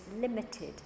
limited